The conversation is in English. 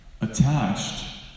attached